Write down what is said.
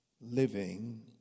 living